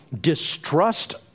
distrust